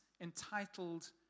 entitled